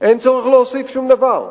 אין צורך להוסיף שום דבר.